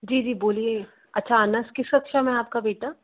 जी जी बोलिए अच्छा अनस किस कक्षा में है आपका बेटा